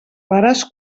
pares